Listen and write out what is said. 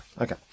okay